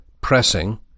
pressing